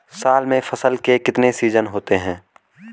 साल में फसल के कितने सीजन होते हैं?